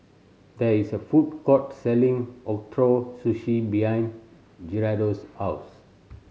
there is a food court selling Ootoro Sushi behind Gerardo's house